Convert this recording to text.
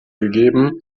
gegeben